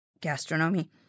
gastronomy